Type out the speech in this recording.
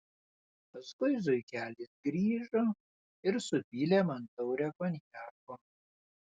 paskui zuikelis grįžo ir supylė man taurę konjako